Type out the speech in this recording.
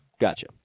Gotcha